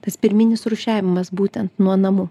tas pirminis rūšiavimas būtent nuo namų